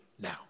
now